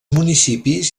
municipis